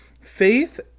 faith